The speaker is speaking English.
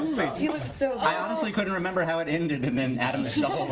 so i honestly couldn't remember how it ended. and and adam